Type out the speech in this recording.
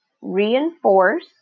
reinforce